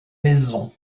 maisons